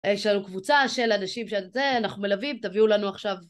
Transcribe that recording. יש לנו קבוצה של אנשים של זה אנחנו מלווים תביאו לנו עכשיו